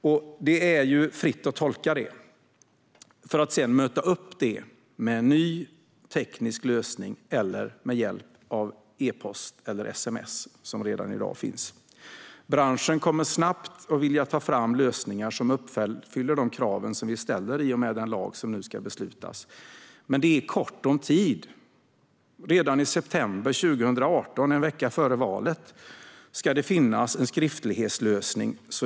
Och det är ju fritt att tolka för att sedan möta upp med en ny teknisk lösning eller med hjälp av e-post eller sms, som finns redan i dag. Branschen kommer att snabbt vilja ta fram lösningar som uppfyller de krav vi ställer i och med den lag som det nu ska beslutas om. Men det är kort om tid. Redan i september 2018, en vecka före valet, ska det finnas en skriftlighetslösning.